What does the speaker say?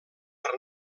per